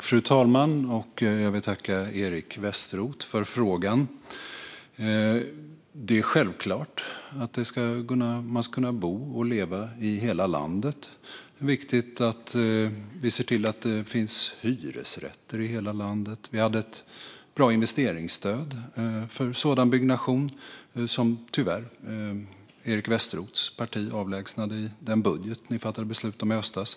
Fru talman! Jag vill tacka Eric Westroth för frågan. Det är självklart att man ska kunna bo och leva i hela landet. Det är viktigt att vi ser till att det finns hyresrätter i hela landet. Vi hade ett bra investeringsstöd för sådan byggnation, som tyvärr Eric Westroths parti avlägsnade i den budget ni fattade beslut om i höstas.